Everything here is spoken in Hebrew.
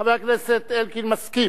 חבר הכנסת אלקין מסכים.